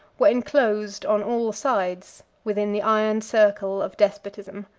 were enclosed on all sides within the iron circle of despotism.